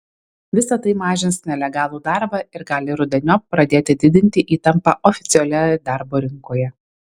visa tai mažins nelegalų darbą ir gali rudeniop pradėti didinti įtampą oficialioje darbo rinkoje